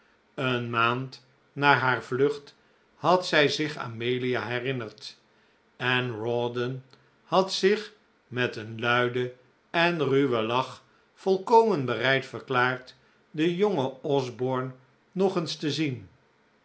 een maand na haar vlucht had zij zich amelia herinnerd en rawdon had zich met een luiden en ruwen lach volkomen bereid verklaard den jongen osborne nog eens te zien